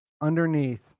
underneath